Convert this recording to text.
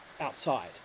outside